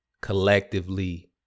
collectively